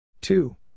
Two